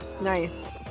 Nice